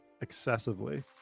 excessively